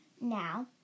now